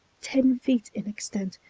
ten feet in extent,